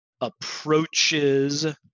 approaches